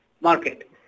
market